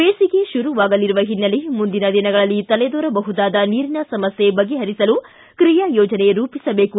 ಬೇಸಿಗೆ ಶುರುವಾಗಲಿರುವ ಹಿನ್ನೆಲೆ ಮುಂದಿನ ದಿನಗಳಲ್ಲಿ ತಲೆದೋರಬಹುದಾದ ನೀರಿನ ಸಮಸ್ಯೆ ಬಗೆಹರಿಸಲು ಕ್ರಿಯಾಯೋಜನೆ ರೂಪಿಸಬೇಕು